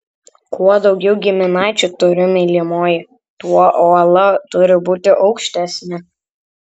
kuo daugiau giminaičių turi mylimoji tuo uola turi būti aukštesnė